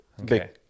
Okay